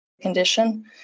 condition